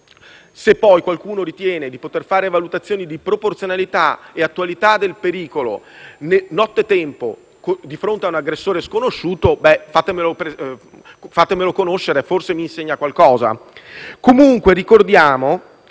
Se poi qualcuno ritiene di poter fare valutazioni di proporzionalità e attualità del pericolo nottetempo, di fronte a un aggressore sconosciuto, fatemelo conoscere: forse, mi insegnerà qualcosa. Ricordiamo